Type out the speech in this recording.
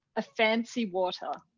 a fancy water.